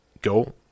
go